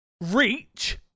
reach